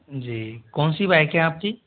जी कौन सी बाइक हैं आपकी